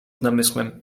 namysłem